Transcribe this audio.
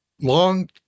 long